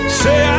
say